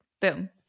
Boom